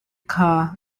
kha